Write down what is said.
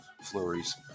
flurries